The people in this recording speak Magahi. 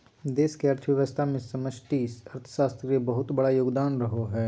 देश के अर्थव्यवस्था मे समष्टि अर्थशास्त्र के बहुत बड़ा योगदान रहो हय